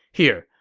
here,